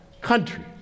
country